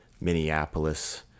Minneapolis